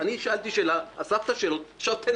לשאול שאלה האם מותר לנו או אסור לנו?